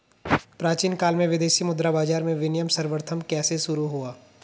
प्राचीन काल में विदेशी मुद्रा बाजार में विनिमय सर्वप्रथम कैसे शुरू हुआ?